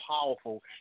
powerful